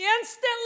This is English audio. Instantly